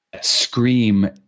Scream